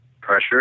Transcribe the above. pressure